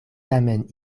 tamen